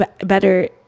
better